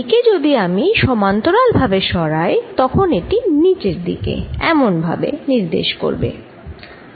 একে যদি আমি সমান্তরাল ভাবে সরাই তখন এটি নিচের দিকে এমন ভাবে নির্দেশ করবে